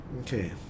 Okay